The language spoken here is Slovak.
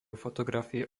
fotografie